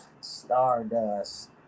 Stardust